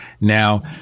now